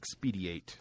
expediate